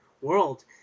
world